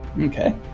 Okay